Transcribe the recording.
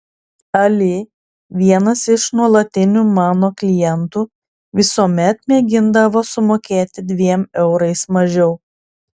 ali vienas iš nuolatinių mano klientų visuomet mėgindavo sumokėti dviem eurais mažiau